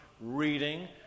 reading